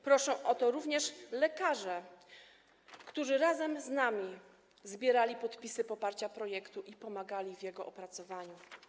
Proszą o to również lekarze, którzy z nami zbierali podpisy poparcia dla projektu i pomagali w jego opracowaniu.